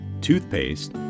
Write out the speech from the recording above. toothpaste